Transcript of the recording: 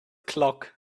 clock